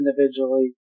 individually